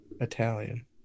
Italian